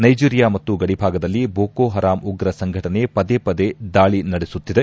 Nigeria ಮತ್ತು ಗಡಿಭಾಗದಲ್ಲಿ Boko Haram ಉಗ್ರ ಸಂಘಟನೆ ಪದೇ ಪದೇ ದಾಳಿ ನಡೆಸುತ್ತಿದೆ